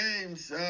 games